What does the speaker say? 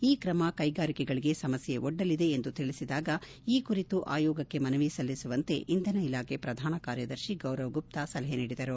ಈ ಕ್ರಮ ಕೈಗಾರಿಕೆಗಳಗೆ ಸಮಸ್ಯೆ ಒಡ್ಡಲಿದೆ ಎಂದು ತಿಳಿಸಿದಾಗ ಈ ಕುರಿತು ಆಯೋಗಕ್ಕೆ ಮನವಿ ಸಲ್ಲಿಸುವಂತೆ ಇಂಧನ ಇಲಾಖೆ ಪ್ರದಾನ ಕಾರ್ಯದರ್ತಿ ಗೌರವ್ ಗುಪ್ತಾ ಸಲಹೆ ನೀಡಿದರು